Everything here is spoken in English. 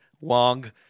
wong